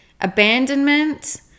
abandonment